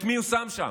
את מי הוא שם?